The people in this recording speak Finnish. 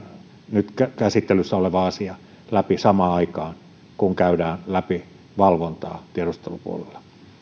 nyt käsittelyssä oleva asia läpi samaan aikaan kun käydään läpi valvontaa tiedustelupuolella